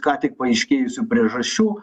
ką tik paaiškėjusių priežasčių